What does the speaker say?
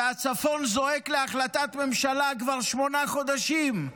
והצפון זועק להחלטת ממשלה כבר שמונה חודשים.